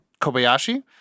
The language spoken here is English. Kobayashi